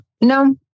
no